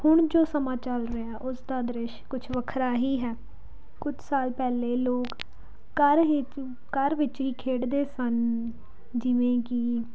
ਹੁਣ ਜੋ ਸਮਾਂ ਚੱਲ ਰਿਹਾ ਉਸਦਾ ਦ੍ਰਿਸ਼ ਕੁਛ ਵੱਖਰਾ ਹੀ ਹੈ ਕੁਛ ਸਾਲ ਪਹਿਲਾਂ ਲੋਕ ਘਰ ਹੀ ਘਰ ਵਿੱਚ ਹੀ ਖੇਡਦੇ ਸਨ ਜਿਵੇਂ ਕਿ